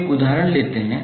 अब एक उदाहरण लेते हैं